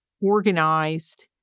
organized